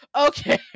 okay